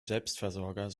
selbstversorger